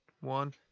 One